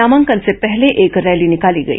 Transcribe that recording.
नामांकन से पहर्ले एक रैली निकाली गई